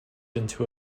into